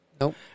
Nope